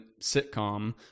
sitcom